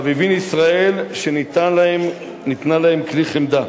חביבין ישראל שניתנה להם כלי חמדה".